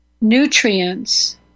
nutrients